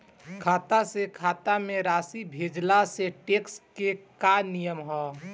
खाता से खाता में राशि भेजला से टेक्स के का नियम ह?